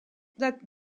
that